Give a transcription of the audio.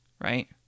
right